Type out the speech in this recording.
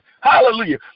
Hallelujah